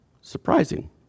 surprising